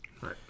Right